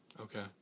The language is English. Okay